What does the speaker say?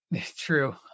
True